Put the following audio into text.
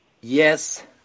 yes